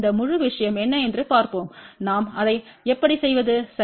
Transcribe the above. இந்த முழு விஷயம் என்ன என்று பார்ப்போம் நாம் அதை எப்படி செய்வது சரி